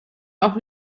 auch